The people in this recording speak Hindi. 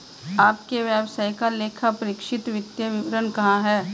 आपके व्यवसाय का लेखापरीक्षित वित्तीय विवरण कहाँ है?